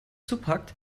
zupackt